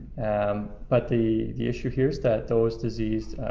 um but the the issue here is that those disease